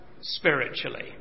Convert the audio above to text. spiritually